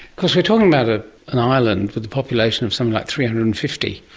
course we're talking about ah an island with a population of something like three hundred and fifty,